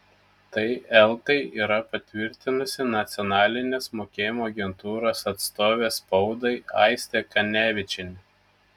tai eltai yra patvirtinusi nacionalinės mokėjimo agentūros atstovė spaudai aistė kanevičienė